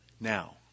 Now